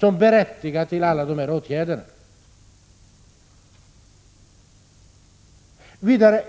som berättigar statsmakterna att vidta dessa åtgärder.